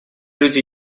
люди